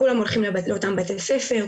כולם הולכים לאותם בתי ספר,